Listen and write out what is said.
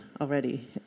already